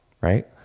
right